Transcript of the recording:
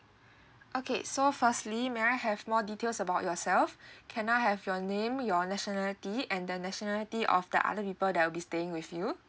okay so firstly may I have more details about yourself can I have your name your nationality and the nationality of the other people that will be staying with you